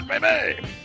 Baby